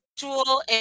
virtual